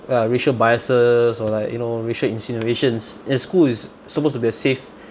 uh racial biases or like you know racial insinuations in school is supposed to be a safe